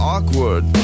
Awkward